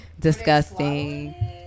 Disgusting